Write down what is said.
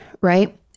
right